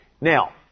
Now